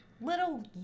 little